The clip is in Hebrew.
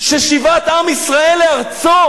ששיבת עם ישראל לארצו